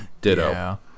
Ditto